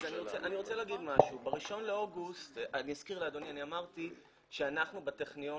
ב-1 באוגוסט אמרתי שאנחנו בטכניון